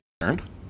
concerned